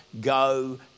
go